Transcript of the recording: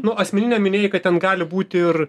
nu asmeninio minėjai kad ten gali būti ir